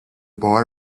boy